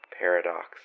paradox